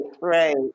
right